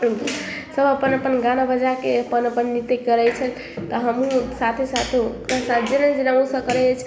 सभ अपन अपन गाना बजाके अपन अपन नृत्य करै छल तऽ हमहुँ साथे साथे जेना जेना ओ सभ करै